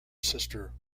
sister